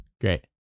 Great